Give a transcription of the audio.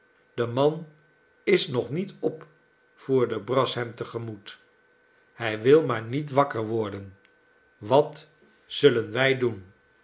de man is nog niet op voerde brass hem te gemoet hij wil maar niet wakker worden wat zullen wij doen